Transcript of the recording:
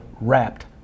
wrapped